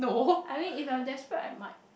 I mean if I was desperate I might